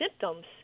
symptoms